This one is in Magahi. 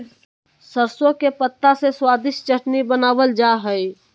सरसों के पत्ता से स्वादिष्ट चटनी बनावल जा हइ